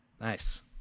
Nice